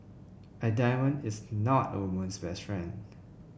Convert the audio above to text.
a diamond is not a woman's best friend